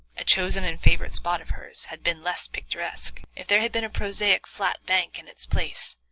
a chosen and favorite spot of hers, had been less picturesque, if there had been a prosaic flat bank in its place,